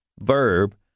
verb